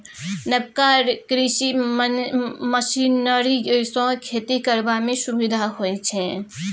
नबका कृषि मशीनरी सँ खेती करबा मे सुभिता होइ छै